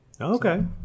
Okay